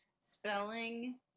Spelling